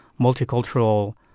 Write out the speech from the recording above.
multicultural